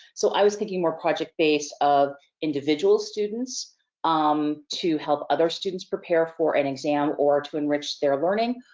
so i was thinking more project based of individual students um to help other students prepare for an exam, or to enrich their learning.